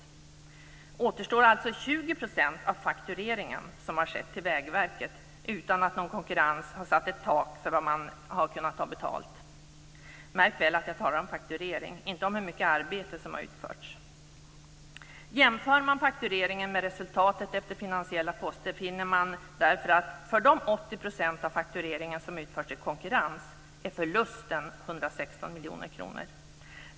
Det återstår alltså 20 % av faktureringen, som har skett till Vägverket utan att någon konkurrens har satt ett tak för vad man har kunnat ta betalt. Märk väl att jag talar om fakturering, inte om hur mycket arbete som har utförts. Jämför man faktureringen med resultatet efter finansiella poster finner man därför att för de 80 % av faktureringen som utförts i konkurrens är förlusten 116 miljoner kronor.